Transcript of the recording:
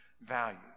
value